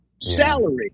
salary